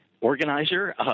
organizer